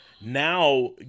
now